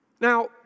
Now